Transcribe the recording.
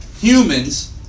humans